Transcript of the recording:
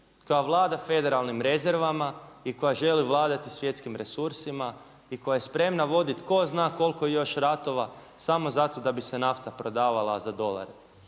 koja vlada federalnim rezervama i koja želi vladati svjetskim resursima i koja je spremna voditi tko zna koliko još ratova samo zato da bi se nafta prodavala za dolar.